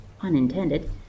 unintended